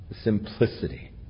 Simplicity